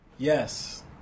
Yes